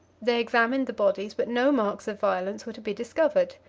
they examined the bodies, but no marks of violence were to be discovered.